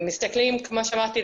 הם מסתכלים כמו שאמרתי,